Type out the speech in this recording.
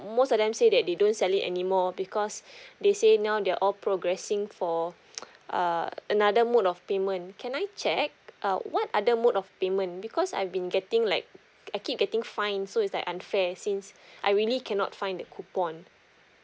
most of them say that they don't sell it anymore because they say now they're all progressing for err another mode of payment can I check uh what other mode of payment because I've been getting like I keep getting fine so it's like unfair since I really cannot find the coupon